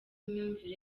imyumvire